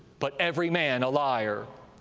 but every man a liar.